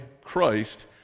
Christ